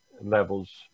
levels